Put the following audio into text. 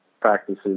practices